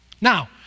now